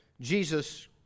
Jesus